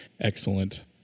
excellent